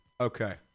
Okay